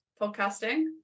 podcasting